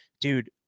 dude